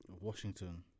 Washington